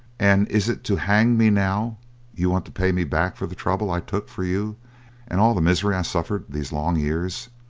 and is it to hang me now you want to pay me back for the trouble i took for you and all the misery i suffered these long years?